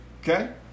Okay